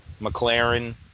mclaren